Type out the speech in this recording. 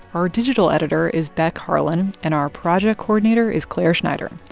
our digital editor is beck harlan, and our project coordinator is clare schneider.